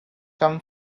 come